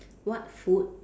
what food